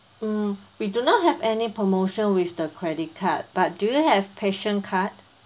mm we do not have any promotion with the credit card but do you have passion card